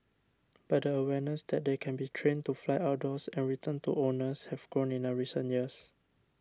but the awareness that they can be trained to fly outdoors and return to owners have grown in recent years